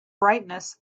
brightness